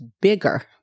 bigger